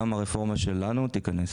גם הרפורמה שלנו תכנס.